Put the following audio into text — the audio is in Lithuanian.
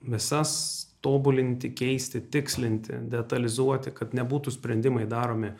visas tobulinti keisti tikslinti detalizuoti kad nebūtų sprendimai daromi